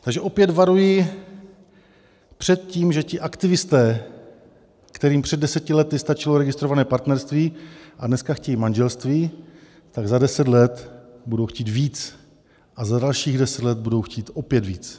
Takže opět varuji před tím, že ti aktivisté, kterým před deseti lety stačilo registrované partnerství a dneska chtějí manželství, tak za deset let budou chtít víc a za dalších deset let budou chtít opět víc.